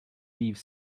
beef